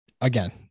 again